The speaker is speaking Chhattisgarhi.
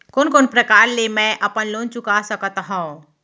कोन कोन प्रकार ले मैं अपन लोन चुका सकत हँव?